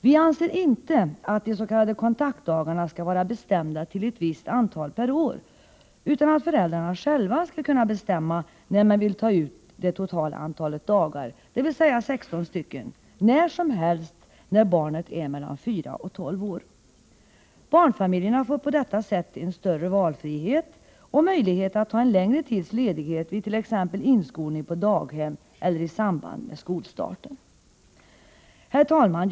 Vi anser inte att de s.k. kontaktdagarna skall vara bestämda till ett visst antal per år utan att föräldrarna själva skall kunna bestämma, när de vill ta ut det totala antalet dagar, dvs. 16, när som helst när barnet är mellan 4 och 12 år. Barnfamiljerna får på detta sätt en större valfrihet och möjlighet att ta en längre tids ledighet vid t.ex. inskolning på daghem eller i samband med skolstarten. Herr talman!